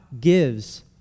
gives